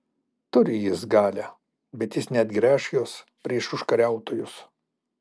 turi jis galią bet jis neatgręš jos prieš užkariautojus